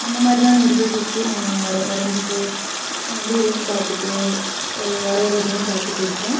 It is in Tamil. அந்தமாதிரி தான் நிர்வகச்சு நான் வர வரைஞ்சிட்டு வீட்டையும் பார்த்துட்டு வரையறதையும் பார்த்துட்டு இருக்கேன்